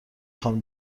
خوام